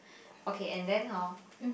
okay and then hor